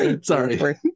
sorry